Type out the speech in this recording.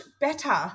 better